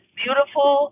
beautiful